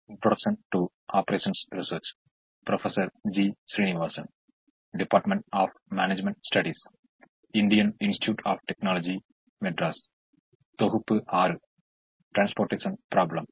இந்த வகுப்பில் நமக்கு சிறந்த மற்றும் உகந்த தீர்வை வழங்கும் முறைகளைப் பற்றி பார்ப்போம்